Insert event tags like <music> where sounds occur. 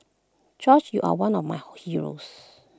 George you are one of my <hesitation> heroes